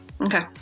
Okay